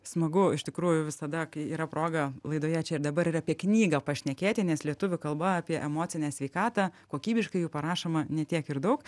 smagu iš tikrųjų visada kai yra proga laidoje čia ir dabar ir apie knygą pašnekėti nes lietuvių kalba apie emocinę sveikatą kokybiškai jų parašoma ne tiek ir daug